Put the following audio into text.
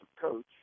coach